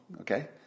Okay